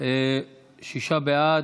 שישה בעד,